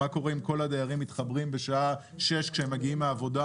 מה קורה אם כל הדיירים מתחברים לחשמל בשעה 18:00 כשהם מגיעים מהעבודה,